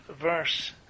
verse